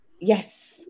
Yes